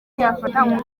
yafata